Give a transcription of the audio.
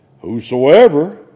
whosoever